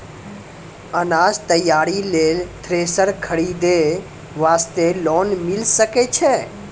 अनाज तैयारी लेल थ्रेसर खरीदे वास्ते लोन मिले सकय छै?